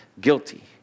guilty